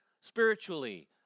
spiritually